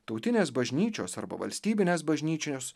tautinės bažnyčios arba valstybinės bažnyčios